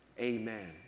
Amen